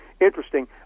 interesting